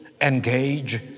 engage